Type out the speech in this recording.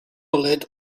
bwled